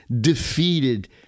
defeated